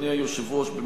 אדוני היושב-ראש,